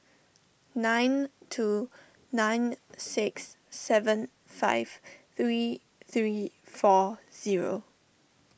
nine two nine six seven five three three four zero